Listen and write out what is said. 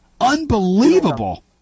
unbelievable